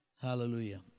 Hallelujah